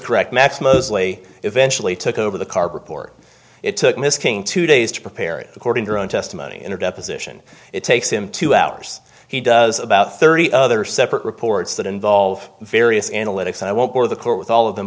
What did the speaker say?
correct max mosley eventually took over the carport it took miss king two days to prepare it according to her own testimony in a deposition it takes him two hours he does about thirty other separate reports that involve various analytics and i won't bore the court with all of them